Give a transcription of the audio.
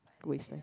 waste leh